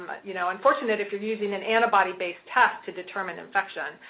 you know, unfortunate if you're using an antibody-based test to determine infection.